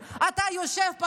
אתה יושב פה,